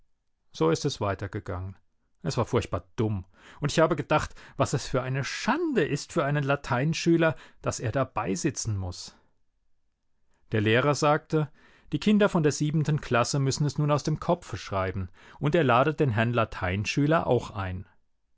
so ist es weitergegangen es war furchtbar dumm und ich habe gedacht was es für eine schande ist für einen lateinschüler daß er dabeisitzen muß der lehrer sagte die kinder von der siebenten klasse müssen es nun aus dem kopfe schreiben und er ladet den herrn lateinschüler auch ein